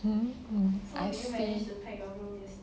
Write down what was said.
mm mm I see